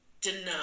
deny